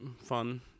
fun